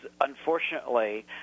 unfortunately